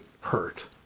hurt